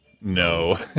no